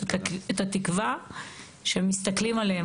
את התקווה שמסתכלים עליהם.